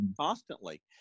constantly